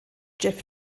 jeff